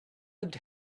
and